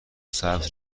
سبز